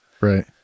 right